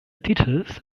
titels